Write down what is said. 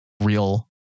real